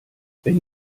wenn